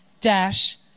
Dash